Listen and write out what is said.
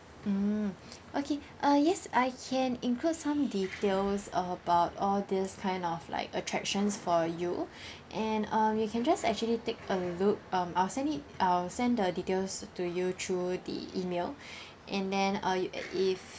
mm okay uh yes I can include some details about all this kind of like attractions for you and um you can just actually take a look um I'll send it I'll send the details to you through the email and then uh if